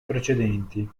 precedenti